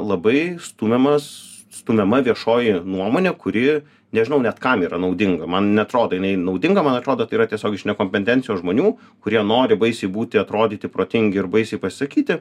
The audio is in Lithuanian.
labai stumiamas stumiama viešoji nuomonė kuri nežinau net kam yra naudinga man neatrodo jinai naudinga man atrodo tai yra tiesiog iš nekompetencijos žmonių kurie nori baisiai būti atrodyti protingi ir baisiai pasisakyti